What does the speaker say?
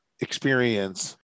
experience